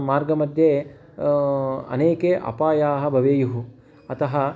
मार्गमध्ये अनेके अपायाः भवेयुः अतः